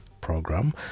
program